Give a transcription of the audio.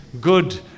good